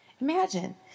Imagine